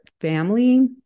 family